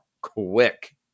quick